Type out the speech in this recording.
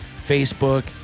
Facebook